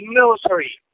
military